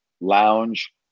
lounge